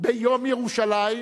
ביום ירושלים,